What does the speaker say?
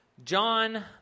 John